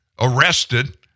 arrested